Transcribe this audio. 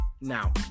now